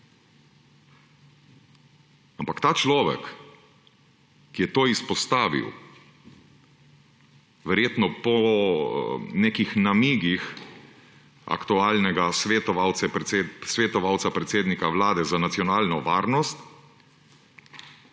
Ampak ta človek, ki je to izpostavil, verjetno po nekih namigih aktualnega svetovalca predsednika Vlade za nacionalno varnost,